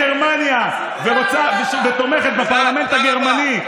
היא מגיעה מגרמניה ותומכת בפרלמנט הגרמני,